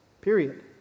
period